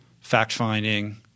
fact-finding